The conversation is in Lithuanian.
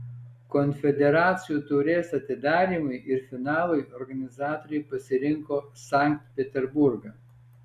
konfederacijų taurės atidarymui ir finalui organizatoriai pasirinko sankt peterburgą